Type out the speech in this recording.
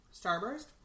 Starburst